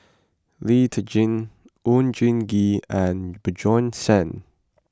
Lee Tjin Oon Jin Gee and Bjorn Shen